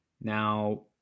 Now